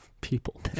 People